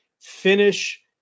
finish